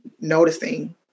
noticing